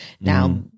Now